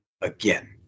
again